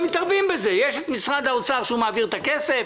יש את משרד האוצר שמעביר את הכסף,